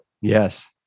Yes